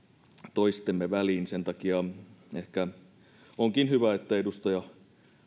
toistemme väliin sen takia onkin hyvä että edustaja